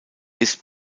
ist